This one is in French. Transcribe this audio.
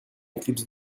éclipse